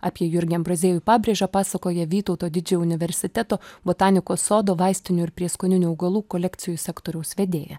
apie jurgį ambraziejų pabrėžą pasakoja vytauto didžiojo universiteto botanikos sodo vaistinių ir prieskoninių augalų kolekcijų sektoriaus vedėja